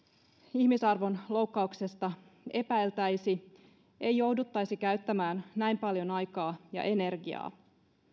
ihmisarvon loukkauksesta epäiltäisi ei jouduttaisi käyttämään näin paljon aikaa ja energiaa